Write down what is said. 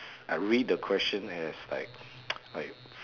I read the question as like like